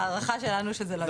ההערכה שלנו שזה לא יקרה.